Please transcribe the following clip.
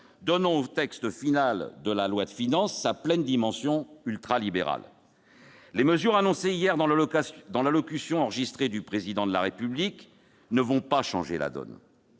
donnant au texte final de la loi de finances sa pleine dimension ultralibérale. Les mesures annoncées hier dans l'allocution enregistrée du Président de la République ne changeront pas la donne,